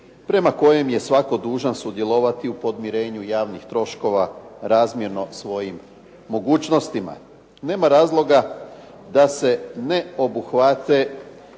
prema kojem je svatko dužan sudjelovati u podmirenju javnih troškova razmjerno svojim mogućnostima. Nema razloga da se ne obuhvate